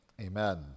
Amen